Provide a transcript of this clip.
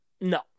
No